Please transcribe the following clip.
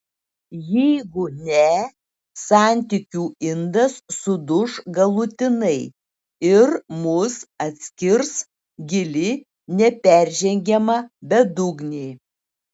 jeigu ne santykių indas suduš galutinai ir mus atskirs gili neperžengiama bedugnė